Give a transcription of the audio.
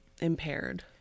impaired